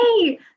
hey